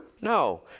No